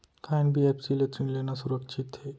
का एन.बी.एफ.सी ले ऋण लेना सुरक्षित हे?